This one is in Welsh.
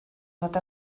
fod